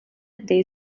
dei